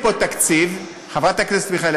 תקציב חד-שנתי.